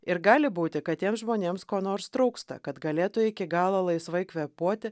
ir gali būti kad tiems žmonėms ko nors trūksta kad galėtų iki galo laisvai kvėpuoti